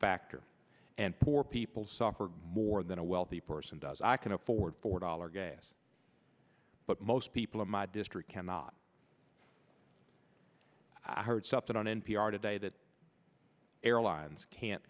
factor and poor people suffer more than a wealthy person does i can afford four dollar gas but most people in my district cannot i heard something on n p r today that airlines can't